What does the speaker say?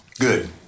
Good